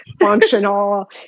functional